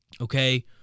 Okay